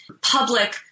public